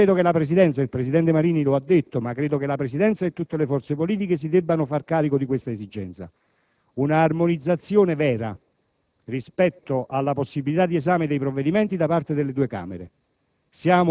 datori di lavoro. Il presidente Marini lo ha detto, ma credo che la Presidenza e tutte le forze politiche si debbano far carico dell'esigenza di un'armonizzazione vera rispetto alla possibilità di esame dei provvedimenti da parte delle due Camere.